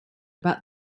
about